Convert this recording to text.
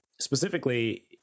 specifically